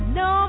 no